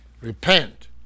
Repent